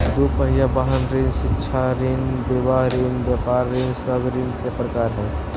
दू पहिया वाहन ऋण, शिक्षा ऋण, विवाह ऋण, व्यापार ऋण सब ऋण के प्रकार हइ